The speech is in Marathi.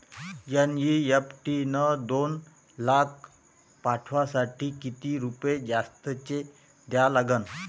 एन.ई.एफ.टी न दोन लाख पाठवासाठी किती रुपये जास्तचे द्या लागन?